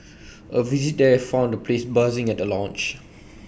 A visit there found the place buzzing at the launch